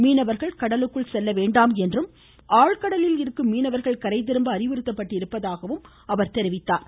மீனவர்கள் கடலுக்கு செல்ல வேண்டாம் எனவும் ஆழ்கடலில் இருக்கும் மீனவர்கள் கரைதிரும்ப அறிவுறுத்தப்பட்டுள்ளதாகவும் அமைச்சர் கூறினார்